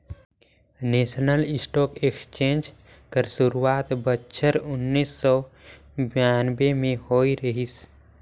national stock exchange कर सुरवात बछर उन्नीस सव बियानबें में होए रहिस